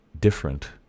different